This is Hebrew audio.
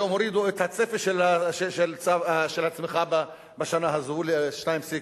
היום הורידו את הצפי של הצמיחה בשנה הזו ל-2.7%,